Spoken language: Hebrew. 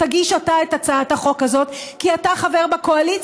תגיש אתה את הצעת החוק הזאת כי אתה חבר בקואליציה,